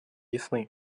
ясны